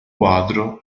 quadro